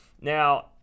Now